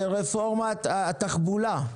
זו רפורמת התחבולה,